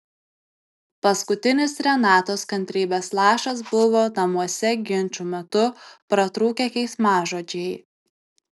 paskutinis renatos kantrybės lašas buvo namuose ginčų metu pratrūkę keiksmažodžiai